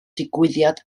digwyddiad